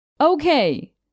Okay